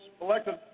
elected